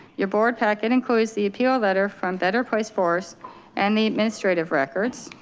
your board packet includes the appeal letter from better place forests and the administrative records.